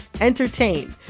entertain